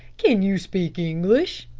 can you speak english?